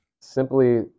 simply